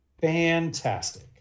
fantastic